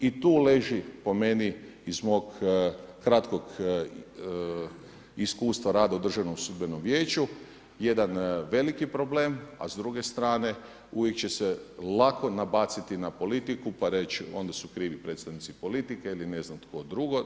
I tu leži po meni iz mog kratkog iskustva rada u Državnom sudbenom vijeću jedan veliki problem, a s druge strane uvijek će se lako nabaciti na politiku, pa reći onda su krivi predstavnici politike ili ne znam tko drugi.